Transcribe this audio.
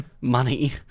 money